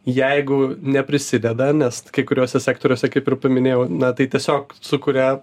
jeigu neprisideda nes kai kuriuose sektoriuose kaip ir paminėjau na tai tiesiog sukuria